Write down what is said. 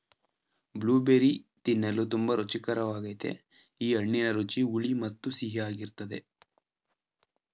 blueberry ತಿನ್ನಲು ತುಂಬಾ ರುಚಿಕರ್ವಾಗಯ್ತೆ ಈ ಹಣ್ಣಿನ ರುಚಿ ಹುಳಿ ಮತ್ತು ಸಿಹಿಯಾಗಿರ್ತದೆ